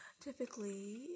Typically